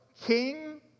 King